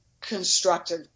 constructive